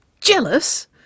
Jealous